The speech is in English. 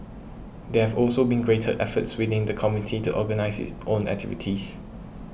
there have also been greater efforts within the community to organise its own activities